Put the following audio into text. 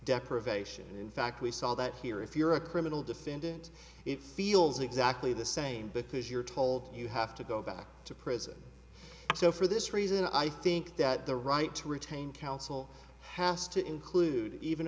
deprivation and in fact we saw that here if you're a criminal defendant it feels exactly the same because you're told you have to go back to prison so for this reason i think that the right to retain counsel has to include even